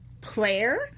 player